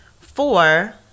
Four